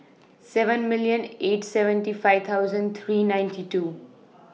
seven million eight seventy five thousand three ninety two